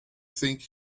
think